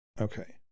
Okay